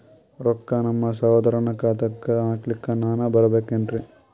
ರೊಕ್ಕ ನಮ್ಮಸಹೋದರನ ಖಾತಾಕ್ಕ ಹಾಕ್ಲಕ ನಾನಾ ಬರಬೇಕೆನ್ರೀ?